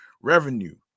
revenue